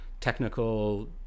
technical